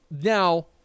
Now